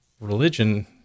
religion